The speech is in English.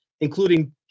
including